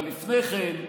אבל לפני כן,